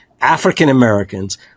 African-Americans